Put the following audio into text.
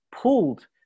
pulled